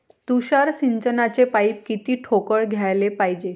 तुषार सिंचनाचे पाइप किती ठोकळ घ्याले पायजे?